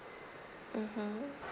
mmhmm